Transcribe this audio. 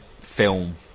film